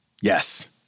Yes